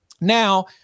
Now